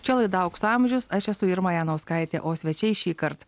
čia laida aukso amžiaus aš esu irma janauskaitė o svečiai šįkart